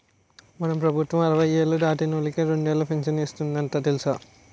మన ప్రభుత్వం అరవై ఏళ్ళు దాటినోళ్ళకి రెండేలు పింఛను ఇస్తందట తెలుసా